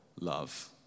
love